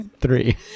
three